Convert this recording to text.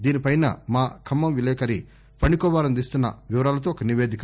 దీనిపై మా ఖమ్మం విలేకరి ఫణికుమార్ అందిస్తున్న వివరాలతో ఒక నివేదిక